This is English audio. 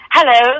Hello